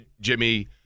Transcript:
Jimmy